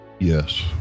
Yes